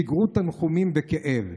שיגרו תנחומים וכאב,